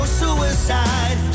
suicide